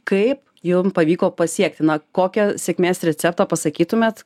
kaip jum pavyko pasiekti na kokią sėkmės receptą pasakytumėte